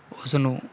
ਉਸਨੂੰ